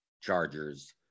chargers